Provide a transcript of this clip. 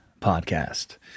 podcast